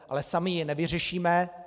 Ale sami ji nevyřešíme.